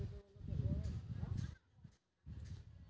किसान सब के लोन में कोनो तरह के छूट हे छे?